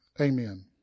Amen